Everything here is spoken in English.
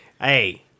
Hey